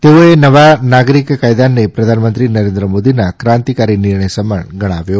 તેઓએ નવા નાગરિક કાયદાને પ્રધાનંમત્રી નરેન્દ્ર મોદીના ક્રાંતિકારી નિર્ણય સમાન ગણાવો